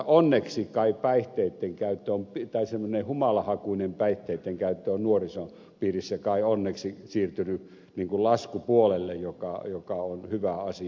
onneksi kai semmoinen humalahakuinen päihteittenkäyttö on nuorison piirissä siirtynyt laskupuolelle mikä on hyvä asia